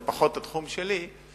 זה פחות התחום שלי,